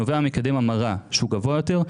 נובע ממקדם המרה שהוא גבוה יותר.